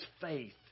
faith